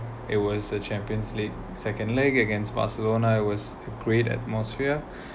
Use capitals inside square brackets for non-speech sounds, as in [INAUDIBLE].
it was a champions league second leg against barcelona it was great atmosphere [BREATH]